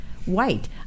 White